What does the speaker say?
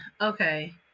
Okay